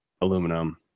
aluminum